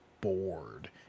bored